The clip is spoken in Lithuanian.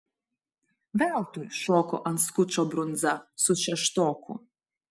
veltui šoko ant skučo brundza su šeštoku